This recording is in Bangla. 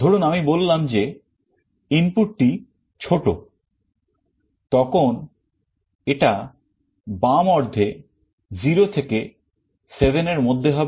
ধরুন আমি বললাম যে ইনপুটটি ছোট তখন এটা বাম অর্ধে 0 থেকে 7 এর মধ্যে হবে